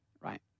right